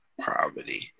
Poverty